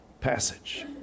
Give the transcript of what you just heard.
passage